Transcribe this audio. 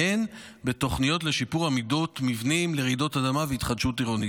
והן בתוכניות לשיפור עמידות מבנים לרעידות אדמה והתחדשות עירונית.